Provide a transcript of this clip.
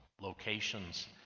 locations